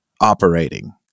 operating